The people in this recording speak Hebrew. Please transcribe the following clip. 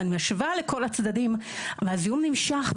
ואני משווה לכל הצדדים והזיהום נמשך,